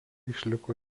išliko